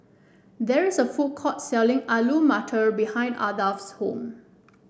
there is a food court selling Alu Matar behind Ardath's home